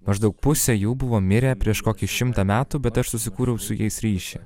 maždaug pusė jų buvo mirę prieš kokį šimtą metų bet aš susikūriau su jais ryšį